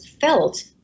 felt